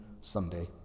Sunday